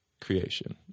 creation